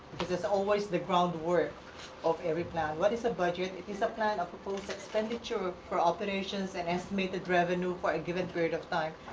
because it's always the groundwork of every plan. what is a budget it is a plan of proposed expenditure for alterations and estimated revenue for a given period of time.